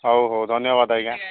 ହଉ ହଉ ଧନ୍ୟବାଦ ଆଜ୍ଞା